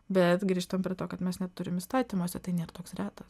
bet grįžtam prie to kad mes neturim įstatymuose tai nėr toks retas